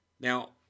Now